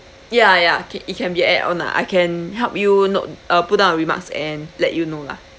ya ya c~ it can be add on lah I can help you note uh put down a remarks and let you know lah